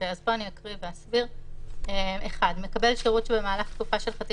אני ממשיכה בהקראה: (1)מקבל שירות שבמהלך תקופה של חצי